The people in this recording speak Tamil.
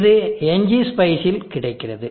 இது ngspice இல் கிடைக்கிறது